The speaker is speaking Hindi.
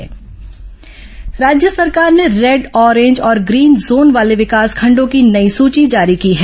कोरोना जोन निर्धारण राज्य सरकार ने रेड आरेंज और ग्रीन जोन वाले विकासखंडों की नई सूची जारी की है